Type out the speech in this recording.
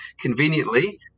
conveniently